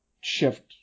shift